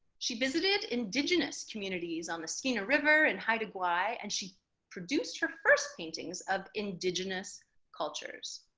she visited indigenous communities on the skeena river and haida gwaii, and she produced her first paintings of indigenous cultures.